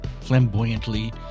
flamboyantly